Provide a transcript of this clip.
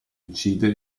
uccide